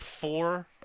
four